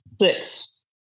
six